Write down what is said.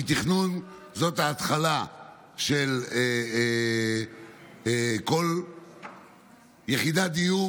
כי תכנון זאת ההתחלה של כל יחידת דיור